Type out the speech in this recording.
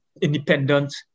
independent